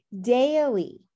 daily